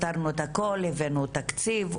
הבאנו תקציב,